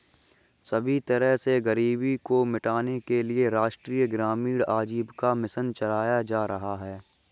सभी तरह से गरीबी को मिटाने के लिये राष्ट्रीय ग्रामीण आजीविका मिशन चलाया जा रहा है